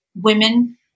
women